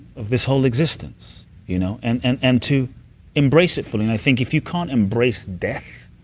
of this whole existence you know and and and to embrace it fully. and i think if you can't embrace death